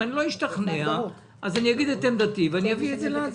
אם אני לא אשתכנע אז אני אגיד את עמדתי ואביא את זה להצבעה.